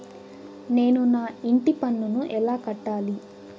నేను నా ఇంటి పన్నును ఎలా కట్టాలి?